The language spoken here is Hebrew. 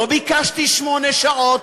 לא ביקשתי שמונה שעות,